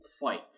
fight